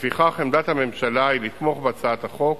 לפיכך, עמדת הממשלה היא לתמוך בהצעת החוק.